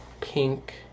Pink